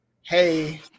hey